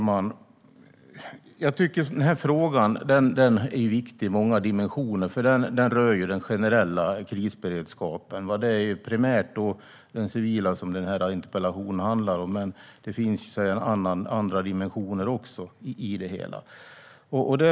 Fru talman! Den här frågan är viktig i många dimensioner eftersom den rör den generella krisberedskapen. Interpellationen handlar primärt om den civila verksamheten. Men det finns också andra dimensioner i det hela.